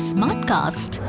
Smartcast